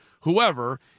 whoever